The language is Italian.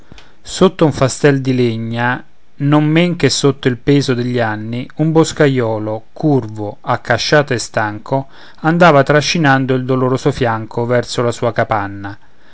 sotto un fastel di legna non men che sotto il peso degli anni un boscaiolo curvo accasciato e stanco andava trascinando il doloroso fianco verso la sua capanna